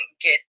get